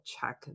check